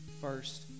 first